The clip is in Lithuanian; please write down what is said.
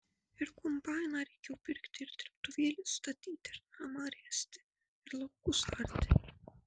ir kombainą reikėjo pirkti ir dirbtuvėles statyti ir namą ręsti ir laukus arti